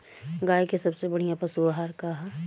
गाय के सबसे बढ़िया पशु आहार का ह?